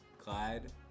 Clyde